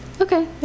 Okay